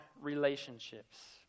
relationships